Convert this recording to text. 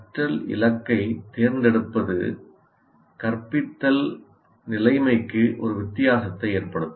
கற்றல் இலக்கைத் தேர்ந்தெடுப்பது கற்பித்தல் நிலைமைக்கு ஒரு வித்தியாசத்தை ஏற்படுத்தும்